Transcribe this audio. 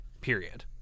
period